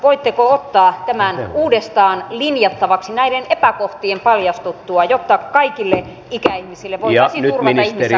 voitteko ottaa tämän uudestaan linjattavaksi näiden epäkohtien paljastuttua jotta kaikille ikäihmisille voitaisiin turvata ihmisarvoinen vanhuus